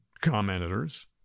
commentators